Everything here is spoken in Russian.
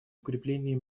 укрепление